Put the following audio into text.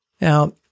Now